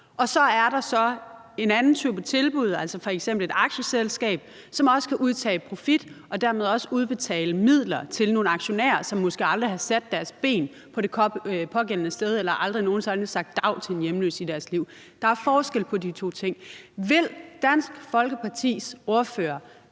og så en anden type tilbud, f.eks. et aktieselskab, som også kan udtage profit og dermed også udbetale midler til nogle aktionærer, som måske aldrig har sat deres ben det pågældende sted eller aldrig nogen sinde i deres liv har sagt dav til en hjemløs. Der er forskel på de to ting. Vil Dansk Folkepartis ordfører